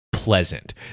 Pleasant